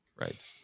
Right